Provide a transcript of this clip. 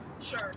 Sure